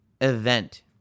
event